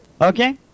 Okay